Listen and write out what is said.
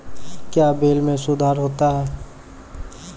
क्या बिल मे सुधार होता हैं?